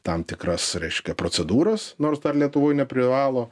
tam tikras reiškia procedūras nors dar lietuvoj neprivalo